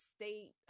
state